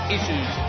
Issues